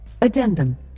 Addendum